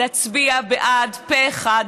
להצביע בעד פה אחד,